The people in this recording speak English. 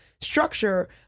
structure